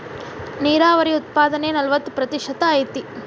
ನೇರಾವರಿ ಉತ್ಪಾದನೆ ನಲವತ್ತ ಪ್ರತಿಶತಾ ಐತಿ